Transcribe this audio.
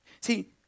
see